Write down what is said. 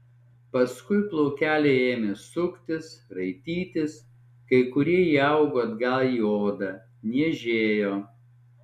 paskui plaukeliai ėmė suktis raitytis kai kurie įaugo atgal į odą niežėjo